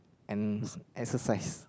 and exercise